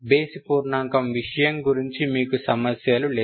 బేసి పూర్ణాంకం విషయం గురించి మీకు సమస్యలు లేవు